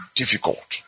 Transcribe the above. difficult